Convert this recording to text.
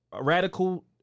radical